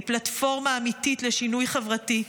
היא פלטפורמה אמיתית לשינוי חברתי.